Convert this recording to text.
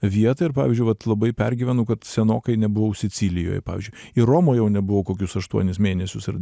vietą ir pavyzdžiui vat labai pergyvenu kad senokai nebuvau sicilijoj pavyzdžiui ir romoj jau nebuvau kokius aštuonis mėnesius ir